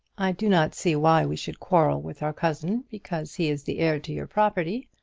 i do not see why we should quarrel with our cousin because he is the heir to your property.